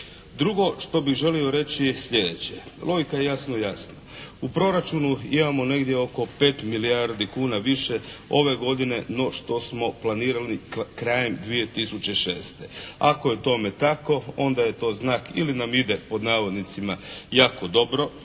Drugo što bih želio reći je slijedeće. Logika je jasno jasna. U proračunu imamo negdje oko 5 milijardi kuna više ove godine no što smo planirali krajem 2006. Ako je tome tako onda je to znak ili nam ide pod navodnicima jako dobro